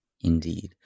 Indeed